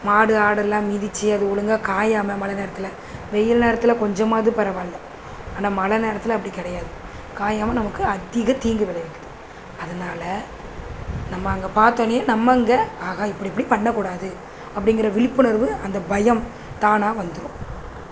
மாடு ஆடெல்லாம் மிதித்து அது ஒழுங்கா காயாமல் மழை நேரத்தில் வெயில் நேரத்தில் கொஞ்சமாவது பரவாயில்ல ஆனால் மழை நேரத்தில் அப்படி கிடையாது காயாமல் நமக்கு அதிக தீங்கு விளைவிக்கும் அதனால் நம்ம அங்கே பார்த்தோன்னே நம்ம அங்கே ஆகா இப்படி இப்படி பண்ணக்கூடாது அப்படிங்கிற விழிப்புணர்வு அந்த பயம் தானாக வந்துடும்